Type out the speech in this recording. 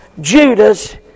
Judas